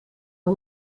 een